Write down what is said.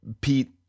Pete